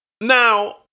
Now